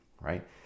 right